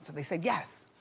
they say yes.